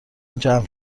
جمع